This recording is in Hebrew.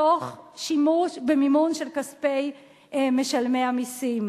תוך שימוש במימון של כספי משלמי המסים.